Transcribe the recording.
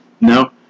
No